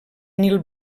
nil